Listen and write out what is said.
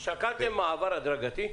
שקלתם מעבר הדרגתי?